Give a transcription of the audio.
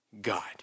God